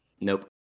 Nope